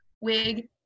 wig